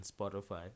Spotify